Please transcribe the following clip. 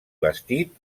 bastit